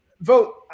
vote